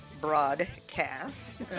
broadcast